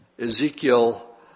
Ezekiel